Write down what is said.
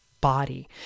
body